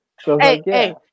hey